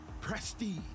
prestige